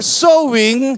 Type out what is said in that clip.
sowing